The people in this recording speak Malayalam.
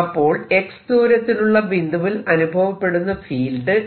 അപ്പോൾ x ദൂരത്തിലുള്ള ബിന്ദുവിൽ അനുഭവപ്പെടുന്ന ഫീൽഡ്